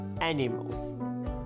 animals